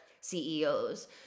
CEOs